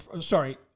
sorry